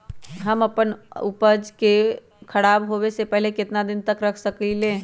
हम अपना प्याज के ऊपज के खराब होबे पहले कितना दिन तक रख सकीं ले?